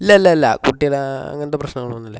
ഇല്ല ഇല്ല ഇല്ല കുട്ടിയെ അങ്ങനത്തെ പ്രേശ്നങ്ങളൊന്നുമില്ല